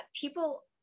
people